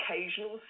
occasional